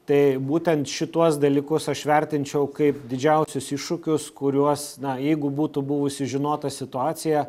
tai būtent šituos dalykus aš vertinčiau kaip didžiausius iššūkius kuriuos na jeigu būtų buvusi žinota situacija